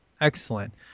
Excellent